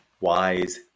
wise